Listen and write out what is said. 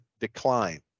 decline